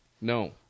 No